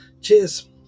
cheers